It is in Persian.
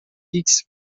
ایکس